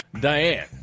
Diane